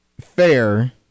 Fair